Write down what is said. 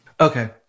Okay